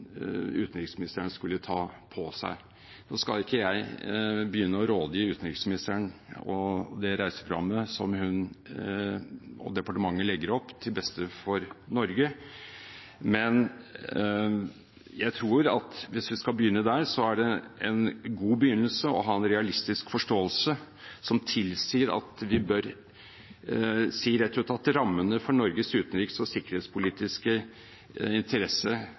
utenriksministeren skulle ta på seg. Nå skal ikke jeg begynne å rådgi utenriksministeren om det reiseprogrammet som hun og departementet legger opp til beste for Norge. Men hvis vi skal begynne der, er det en god begynnelse å ha en realistisk forståelse som tilsier at vi bør si rett ut at rammene for Norges utenriks- og sikkerhetspolitiske